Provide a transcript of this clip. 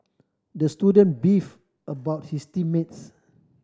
the student beef about his team mates